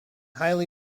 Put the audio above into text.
highly